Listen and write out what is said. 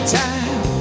time